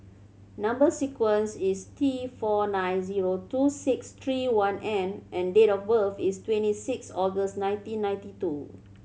number sequence is T four nine zero two six three one N and date of birth is twenty six August nineteen ninety two